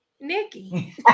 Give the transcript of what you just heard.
Nikki